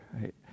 right